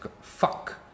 fuck